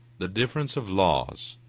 the difference of laws,